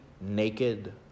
naked